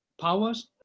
powers